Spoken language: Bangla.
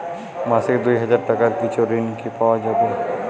মাসিক দুই হাজার টাকার কিছু ঋণ কি পাওয়া যাবে?